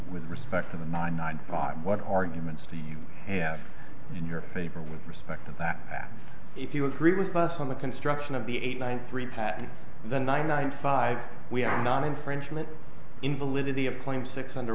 with respect to the nine nine what arguments do you have in your paper with respect to that if you agree with us on the construction of the eight nine three patent the nine ninety five we are not infringement in validity of claim six under